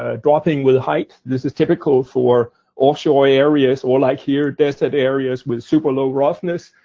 ah dropping with height. this is typical for offshore areas or, like here, tested areas with super low roughness.